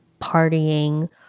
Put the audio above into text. partying